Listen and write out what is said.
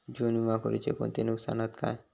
जीवन विमा करुचे कोणते नुकसान हत काय?